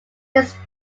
his